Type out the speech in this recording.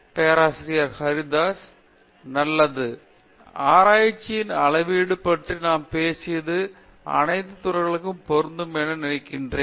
பேராசிரியர் பிரதாப் ஹரிதாஸ் நல்லது ஆராய்ச்சியின் அளவீடு பற்றி நாம் பேசியது அணைத்து துறைகளுக்கும் பொருந்தும் என நினைக்கிறேன்